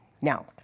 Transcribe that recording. Now